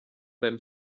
beim